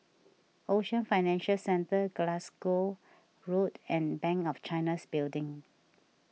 Ocean Financial Centre Glasgow Road and Bank of China's Building